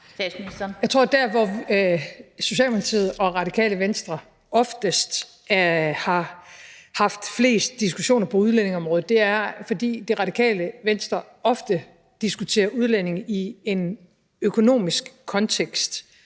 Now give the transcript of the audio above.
Jeg tror, at der, hvor Socialdemokratiet og Radikale Venstre oftest har haft flest diskussioner på udlændingeområdet, er, i forhold til at Radikale Venstre ofte diskuterer udlændinge i en økonomisk kontekst